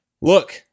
look